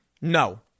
No